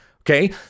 Okay